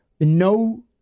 no